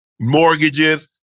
mortgages